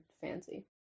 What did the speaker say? fancy